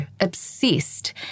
Obsessed